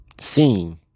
seen